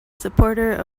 supporter